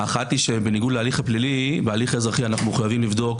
אחת היא שבניגוד להליך הפלילי בהליך האזרחי אנחנו מחויבים לבדוק